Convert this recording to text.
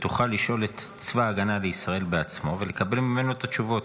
ותוכל לשאול את צבא ההגנה לישראל בעצמו ולקבל ממנו את התשובות.